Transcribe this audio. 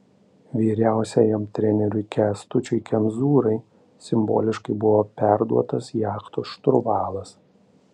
vyriausiajam treneriui kęstučiui kemzūrai simboliškai buvo perduotas jachtos šturvalas